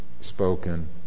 spoken